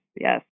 Yes